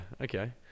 okay